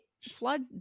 Flood